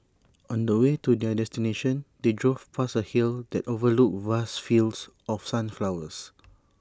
on the way to their destination they drove past A hill that overlooked vast fields of sunflowers